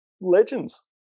legends